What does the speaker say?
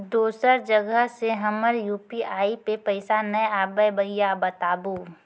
दोसर जगह से हमर यु.पी.आई पे पैसा नैय आबे या बताबू?